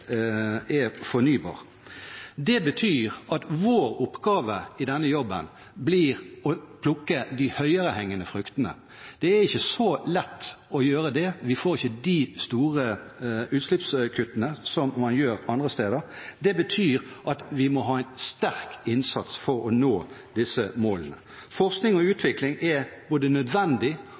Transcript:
er fornybar. Det betyr at vår oppgave i denne jobben blir å plukke de høyerehengende fruktene. Det er ikke så lett å gjøre det. Vi får ikke de store utslippskuttene som man får andre steder. Det betyr at vi må ha en sterk innsats for å nå disse målene. Forskning og utvikling er både nødvendig